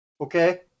Okay